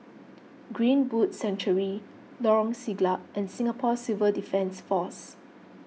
Greenwood Sanctuary Lorong Siglap and Singapore Civil Defence force